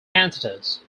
cantatas